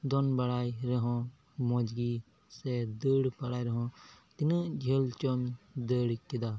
ᱫᱚᱱ ᱵᱟᱲᱟᱭ ᱨᱮ ᱦᱚᱸ ᱢᱚᱡᱽ ᱜᱮ ᱥᱮ ᱫᱟᱹᱲ ᱵᱟᱲᱟᱭ ᱨᱮ ᱦᱚᱸ ᱛᱤᱱᱟᱹᱜ ᱡᱷᱟᱹᱞ ᱪᱚᱢ ᱫᱟᱹᱲ ᱠᱮᱫᱟ